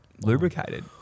lubricated